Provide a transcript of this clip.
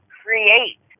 create